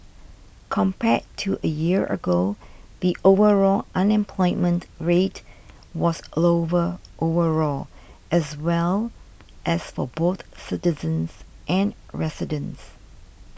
compared to a year ago the overall unemployment rate was lower overall as well as for both citizens and residents